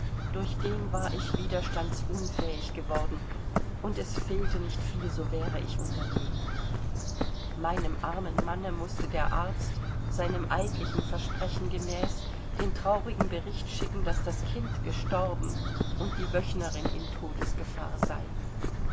durch den war ich widerstandsunfähig geworden und es fehlte nicht viel so wäre ich unterlegen meinem armen manne mußte der arzt seinem eidlichen versprechen gemäß den traurigen bericht schicken daß das kind gestorben und die wöchnerin in todesgefahr sei